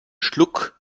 schluck